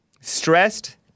stressed